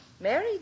Mary